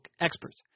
experts